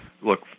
Look